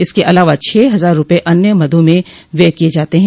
इसके अलावा छह हजार रूपये अन्य मदों में व्यय किये जाते हैं